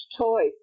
Toy